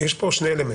שני אלמנטים.